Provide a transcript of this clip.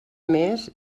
més